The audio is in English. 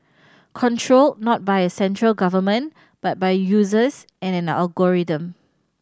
controlled not by a central government but by users and an algorithm